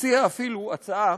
הציע אפילו הצעה,